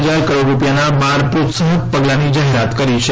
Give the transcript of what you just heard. હજાર કરોડ રૂપિયાનાં બાર પ્રોત્સાહક પગલાંની જાહેરાત કરી છે